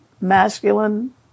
masculine